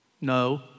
no